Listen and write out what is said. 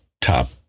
top